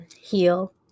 heal